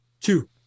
two